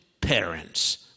parents